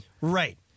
Right